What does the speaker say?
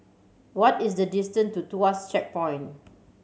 what is the distant to Tuas Checkpoint